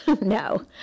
No